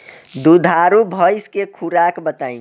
दुधारू भैंस के खुराक बताई?